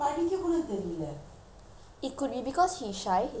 it could be because he's shy is because the first time he is meeting me